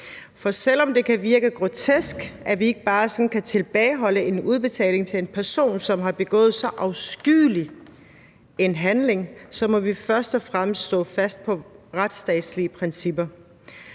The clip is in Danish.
For selv om det kan virke grotesk, at vi ikke bare sådan kan tilbageholde en udbetaling til en person, som har begået så afskyelig en handling, så må vi først og fremmest stå fast på retsstatslige principper.